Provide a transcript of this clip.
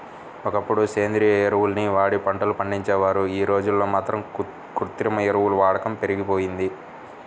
ఒకప్పుడు సేంద్రియ ఎరువుల్ని వాడి పంటలు పండించేవారు, యీ రోజుల్లో మాత్రం కృత్రిమ ఎరువుల వాడకం పెరిగిపోయింది